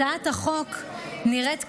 הצעת החוק נראית כמיותרת,